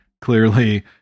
Clearly